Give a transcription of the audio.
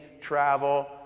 travel